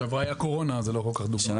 הייתה קורונה, אז זה לא כל כך דוגמה.